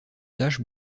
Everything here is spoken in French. taches